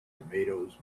tomatoes